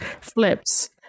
flips